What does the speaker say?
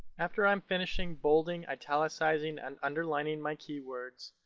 after i'm finishing bolding, italicizing, and underlining my keywords,